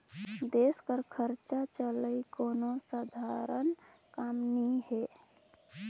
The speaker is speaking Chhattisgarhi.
देस कर खरचा चलई कोनो सधारन काम नी हे